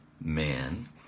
man